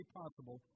possible